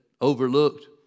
overlooked